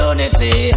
Unity